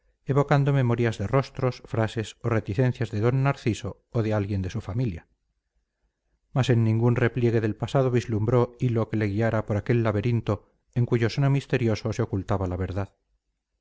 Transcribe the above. evocando memorias de rostros frases o reticencias de d narciso o de alguien de su familia mas en ningún repliegue del pasado vislumbró hilo que le guiara por aquel laberinto en cuyo seno misterioso se ocultaba la verdad